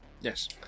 Yes